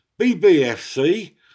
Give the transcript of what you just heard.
BBFC